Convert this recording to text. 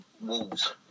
Wolves